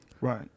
Right